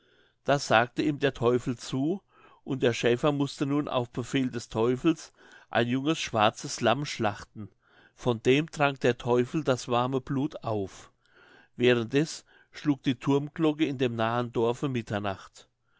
das sagte ihm der teufel zu und der schäfer mußte nun auf befehl des teufels ein junges schwarzes lamm schlachten von dem trank der teufel das warme blut auf währenddeß schlug die thurmglocke in dem nahen dorfe mitternacht